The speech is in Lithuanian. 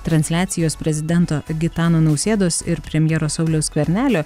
transliacijos prezidento gitano nausėdos ir premjero sauliaus skvernelio